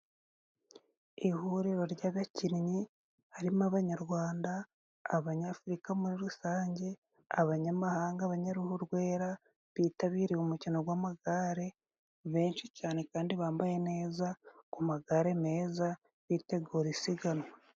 Ihuriro ry'abakinnyi harimo Abanyarwanda, Abanyafurika muri rusange, abanyamahanga, abanyaruhu rwera bitabiriye umukino gw'amagare, benshi cyane kandi bambaye neza ku magare meza bitegura isiganwa.